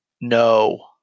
No